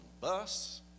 bus